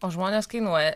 o žmonės kainuoja